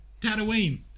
Tatooine